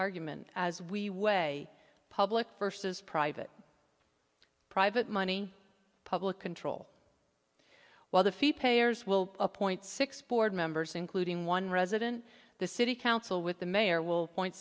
argument as we weigh public versus private private money public control well the fee payers will appoint six board members including one resident the city council with the mayor will point